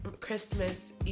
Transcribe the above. christmas